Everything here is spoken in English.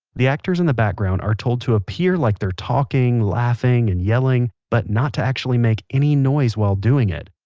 the actors in the background are told to to appear like they're talking, laughing, and yelling, but not to actually make any noise while doing it.